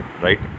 right